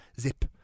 zip